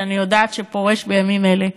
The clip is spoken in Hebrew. שאני יודעת שהוא פורש בימים אלה.